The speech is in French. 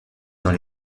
dans